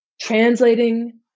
translating